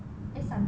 eh sun band